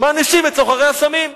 מענישים את סוחרי הסמים.